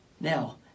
Now